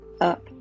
up